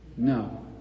No